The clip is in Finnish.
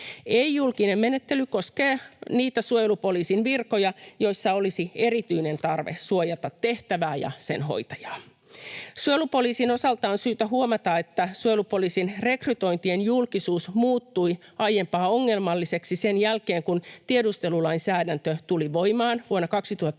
Ei-julkinen menettely koskee niitä suojelupoliisin virkoja, joissa olisi erityinen tarve suojata tehtävää ja sen hoitajaa. Suojelupoliisin osalta on syytä huomata, että suojelupoliisin rekrytointien julkisuus muuttui aiempaa ongelmalliseksi sen jälkeen, kun tiedustelulainsäädäntö tuli voimaan vuonna 2019